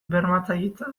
bermatzailetzat